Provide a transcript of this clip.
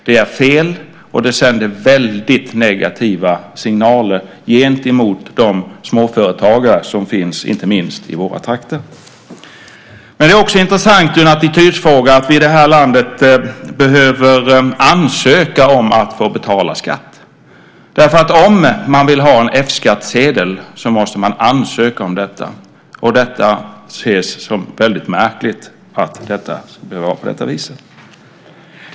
Det är fel, och det sänder väldigt negativa signaler gentemot de småföretagare som finns inte minst i våra trakter. Det är också en intressant attitydfråga att vi i det här landet behöver ansöka om att få betala skatt. Om man vill ha en F-skattsedel måste man ansöka om detta, och det ses som väldigt märkligt att det ska behöva vara på det viset.